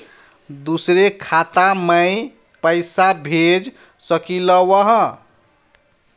दुसरे खाता मैं पैसा भेज सकलीवह?